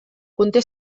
conté